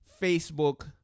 Facebook